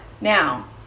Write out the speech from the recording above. Now